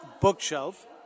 Bookshelf